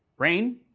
rain.